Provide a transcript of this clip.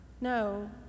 No